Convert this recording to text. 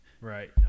right